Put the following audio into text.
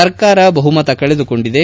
ಸರ್ಕಾರ ಬಹುಮತ ಕಳೆದುಕೊಂಡಿದೆ